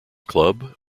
club